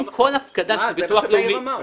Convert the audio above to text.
זה מה שחיים אמר.